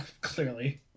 Clearly